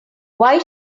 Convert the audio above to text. why